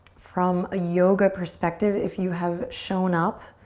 from a yoga perspective, if you have shown up,